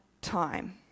time